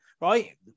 right